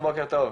בוקר טוב.